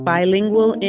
Bilingual